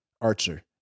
Archer